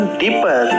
deeper